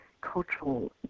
cultural